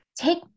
Take